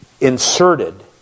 inserted